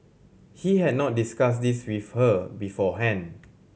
he had not discussed this with her beforehand